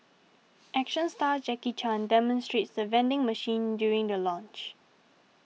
action star Jackie Chan demonstrates the vending machine during the launch